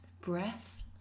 breath